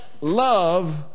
love